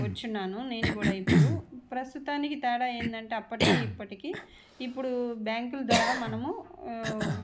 వచ్చినాను నేను కూడా ఇప్పుడు ప్రస్తుతానికి తేడా ఏంటంటే అప్పటికి ఇప్పటికి ఇప్పుడు బ్యాంకుల ద్వారా మనము